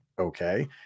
okay